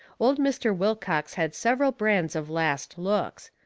old mr. wilcox had several brands of last looks.